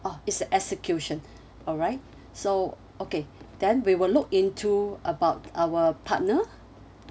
orh it's the execution alright so okay then we will look into about our partner